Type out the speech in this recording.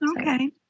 Okay